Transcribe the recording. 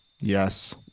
Yes